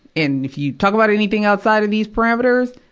and if you talk about anything outside of these parameters,